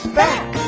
back